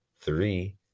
three